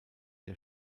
der